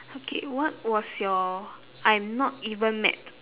okay what was your I'm not even mad